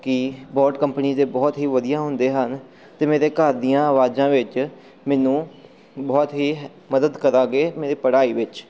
ਕਿ boat company ਦੇ ਬਹੁਤ ਹੀ ਵਧੀਆ ਹੁੰਦੇ ਹਨ ਅਤੇ ਮੇਰੇ ਘਰ ਦੀਆਂ ਆਵਾਜ਼ਾਂ ਵਿੱਚ ਮੈਨੂੰ ਬਹੁਤ ਹੀ ਮਦਦ ਕਰਾਂਗੇ ਮੇਰੀ ਪੜ੍ਹਾਈ ਵਿੱਚ